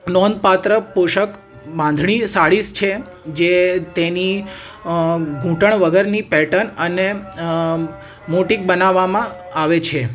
નોંધપાત્ર પોશાક બાંધણી સાડી છે જે તેની ઘૂંટણ વગરની પેટર્ન અને મોટીક બનાવવામાં આવે છે